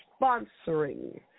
sponsoring